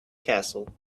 castle